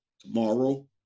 Tomorrow